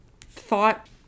thought